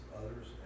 others